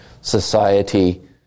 society